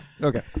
Okay